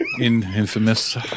Infamous